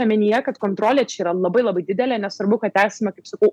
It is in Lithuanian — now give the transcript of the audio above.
omenyje kad kontrolė čia yra labai labai didelė nesvarbu kad esame kaip sakau